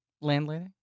Landlady